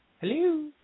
Hello